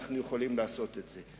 שאנחנו יכולים לעשות את זה.